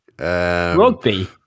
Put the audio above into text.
rugby